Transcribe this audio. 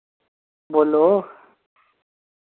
बोल्लो